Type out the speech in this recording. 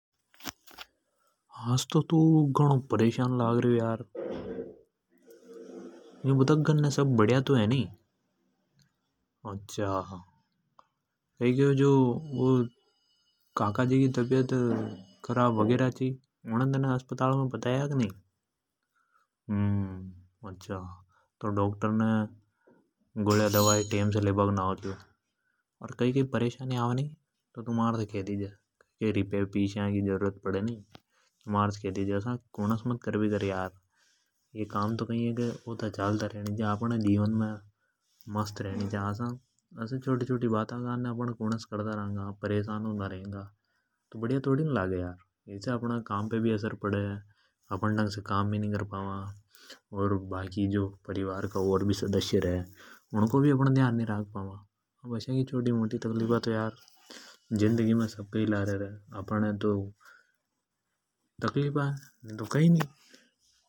आज तो तू घनो परेशान लागरयो यार। घरने सब बडीआ तो है नि। अच्छा मैने सुनी काका जी की तबियत खराब ची तो तेने उने अस्पताल मे बताया की नि। हु अच्छा। तो डाकटर ने गोली दवाई टेम् से लेबा को नाव ल्यो। अच्छा कई कई परेशानी आवे नि तो तू महार से खैदी जे जस्या रिपया की। अपण जीवन मे मस्त रेनी छा असा अपण छोटी छोटी बाता न कानने परेशान होंगा तो इसे अपणा काम पर भी असर पड़े। और बाकी जो परिवार का और भी सदस्य रे उनको भी अपण ध्यान नि राख पावा। अब अपण है तो तकलीफा है नि तो कई नी।